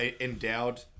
endowed